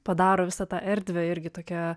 padaro visą tą erdvę irgi tokia